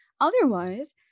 Otherwise